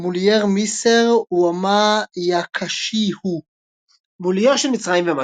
موليير مصر وما يقاسيه - "מולייר של מצרים ומה